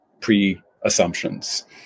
pre-assumptions